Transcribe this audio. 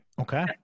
Okay